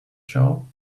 show